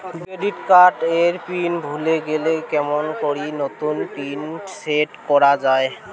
Credit card এর pin ভুলে গেলে কেমন করি নতুন পিন সেট করা য়ায়?